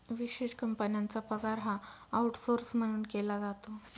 विशेष कंपन्यांचा पगार हा आऊटसौर्स म्हणून केला जातो